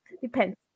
depends